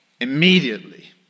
Immediately